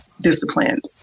disciplined